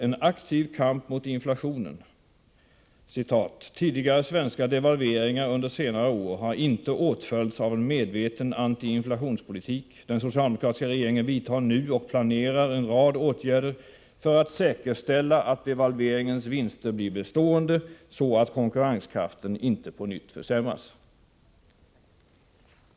En aktiv kamp mot inflationen. Tidigare svenska devalveringar under senare år har inte åtföljts av en medveten anti-inflationspolitik. Den socialdemokratiska regeringen vidtar nu och planerar en rad åtgärder för att säkerställa att devalveringens vinster blir bestående, så att konkurrenskraften inte på nytt försämras.